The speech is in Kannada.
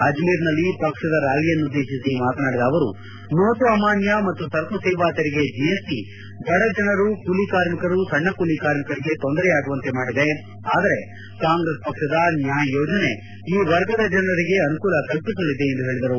ಅಜ್ನೇರ್ನಲ್ಲಿ ಪಕ್ಷದ ರ್್ಾಲಿಯನ್ನುದ್ದೇತಿಸಿ ಮಾತನಾಡಿದ ಅವರು ನೋಟು ಅಮಾನ್ಡ ಮತ್ತು ಸರಕು ಮತ್ತು ಸೇವಾ ತೆರಿಗೆ ಜಿಎಸ್ಟಿ ಬಡಜನರು ಕೂಲಿಕಾರ್ಮಿಕರು ಸಣ್ಣ ಕೂಲಿ ಕಾರ್ಮಿಕರಿಗೆ ತೊಂದರೆಯಾಗುವಂತೆ ಮಾಡಿದೆ ಆದರೆ ಕಾಂಗ್ರೆಸ್ ಪಕ್ಷದ ನ್ವಾಯ್ ಯೋಜನೆ ಈ ವರ್ಗದ ಜನರಿಗೆ ಅನುಕೂಲ ಕಲ್ಪಿಸಲಿದೆ ಎಂದು ಹೇಳಿದರು